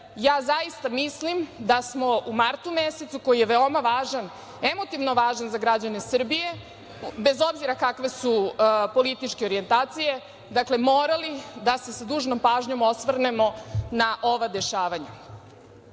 zaista mislim da smo u martu mesecu koji je veoma važan, emotivno važan za građane Srbije, bez obzira kakve su političke orijentacije, morali da se sa dužnom pažnjom osvrnemo na ova dešavanja. Takođe,